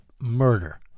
Murder